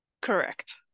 correct